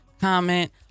comment